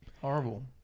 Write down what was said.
Horrible